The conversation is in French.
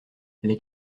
les